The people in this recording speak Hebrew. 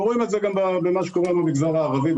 אנחנו רואים את זה גם במה שקורה בפשיעה במגזר הערבי.